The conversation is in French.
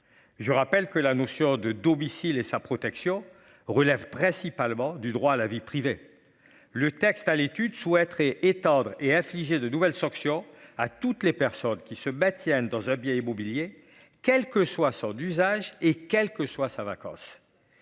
Je rappelle que la notion de domicile et sa protection relève principalement du droit à la vie privée. Le texte à l'étude souhaiterait étendre et infliger de nouvelles sanctions à toutes les personnes qui se battent dans un bien immobilier, quel que soit son d'usage et quelle que soit sa vacances.